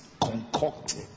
concocted